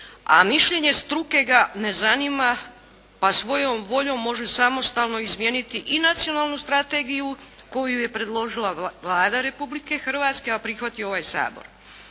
a mišljenje struke ga ne zanima pa svojom voljom može samostalno izmijeniti i nacionalnu strategiju koju je predložila Vlada Republike Hrvatske, a prihvatio ovaj Sabor.